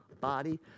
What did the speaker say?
body